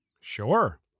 sure